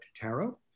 Tarot